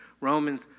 Romans